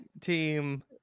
team